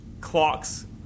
clocks